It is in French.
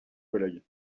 collègue